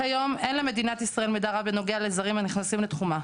כיום אין למדינת ישראל מידע רב בנוגע לזרים הנכנסים לתחומה,